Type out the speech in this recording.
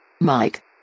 Mike